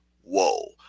whoa